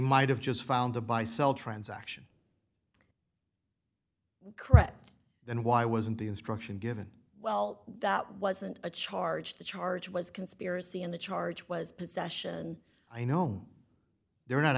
might have just found the buy sell transaction carette then why wasn't the instruction given well that wasn't a charge the charge was conspiracy in the charge was possession i know they're not